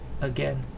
again